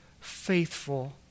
faithful